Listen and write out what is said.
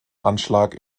anschlag